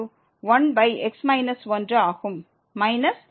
minus 1x 12 ஆக மாறும்